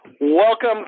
Welcome